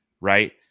right